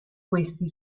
questi